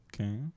Okay